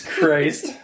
Christ